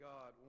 God